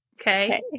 Okay